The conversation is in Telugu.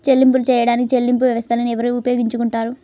చెల్లింపులు చేయడానికి చెల్లింపు వ్యవస్థలను ఎవరు ఉపయోగించుకొంటారు?